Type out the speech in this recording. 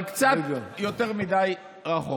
אבל קצת יותר מדי רחוק.